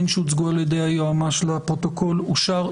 שהוצגו על ידי היועמ"ש לפרוטוקול אושר.